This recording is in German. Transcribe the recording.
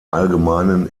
allgemeinen